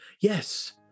Yes